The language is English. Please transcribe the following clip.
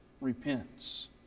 repents